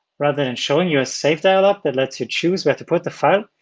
rather than showing you a save dialog that lets you choose where to put the file,